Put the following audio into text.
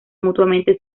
mutuamente